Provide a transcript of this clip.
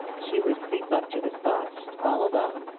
she would creep up to the spot all alone,